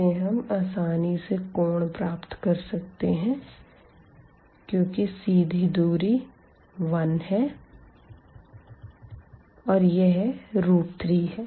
इस से हम आसानी से कोण प्राप्त कर सकते है क्यूँकि सीधी दूरी 1 है और यह 3 है